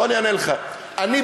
בוא אני אענה לך: אני,